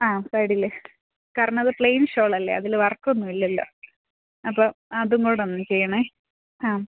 ആ സൈഡിൽ കാരണം അത് പ്ലെയ്ന് ഷോളല്ലേ അതിൽ വര്ക്കൊന്നു ഇല്ലല്ലോ അപ്പോൾ അതും കൂടെ ഒന്ന് ചെയ്യണേ ഹാ